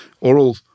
oral